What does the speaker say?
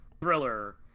thriller